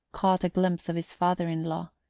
caught a glimpse of his father-in-law,